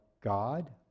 God